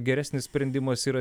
geresnis sprendimas yra